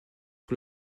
sur